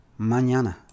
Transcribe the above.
Mañana